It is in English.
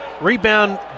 Rebound